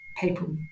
people